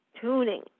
tuning